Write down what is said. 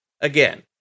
again